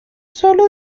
solo